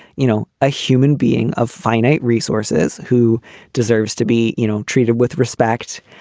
you know, a human being of finite resources who deserves to be, you know, treated with respect,